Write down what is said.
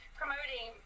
promoting